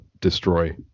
destroy